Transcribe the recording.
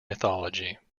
mythology